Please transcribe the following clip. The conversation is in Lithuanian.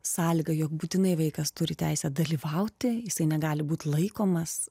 sąlyga jog būtinai vaikas turi teisę dalyvauti jisai negali būt laikomas